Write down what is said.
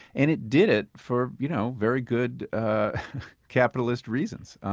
and it did it for you know very good capitalist reasons